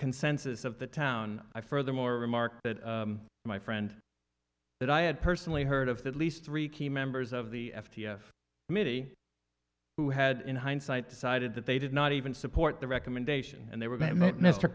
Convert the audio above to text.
consensus of the town i furthermore remark that my friend that i had personally heard of at least three key members of the f t s committee who had in hindsight decided that they did not even support the recommendation and they were